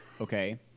okay